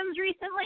recently